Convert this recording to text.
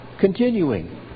continuing